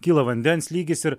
kyla vandens lygis ir